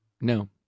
no